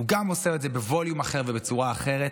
הוא עושה את זה בווליום אחר ובצורה אחרת,